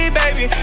baby